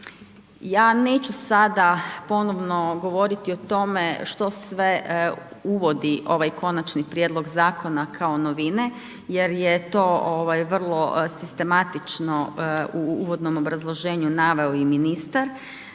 Ja neću sada ponovno govoriti o tome što sve uvodi ovaj konačni prijedlog zakona kao novine jer je to vrlo sistematično u uvodnom obrazloženju naveo i ministar